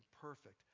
perfect